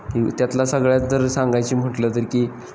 की त्यातला सगळ्यात जर सांगायची म्हटलं तर की